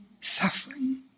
suffering